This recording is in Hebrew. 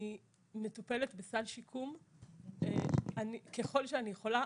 אני מטופלת בסל שיקום ככל שאני יכולה.